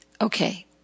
Okay